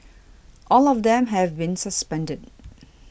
all of them have been suspended